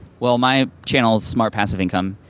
well, my channel, smart passive income,